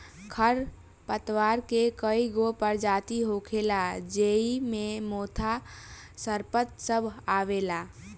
खर पतवार के कई गो परजाती होखेला ज़ेइ मे मोथा, सरपत सब आवेला